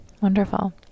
Wonderful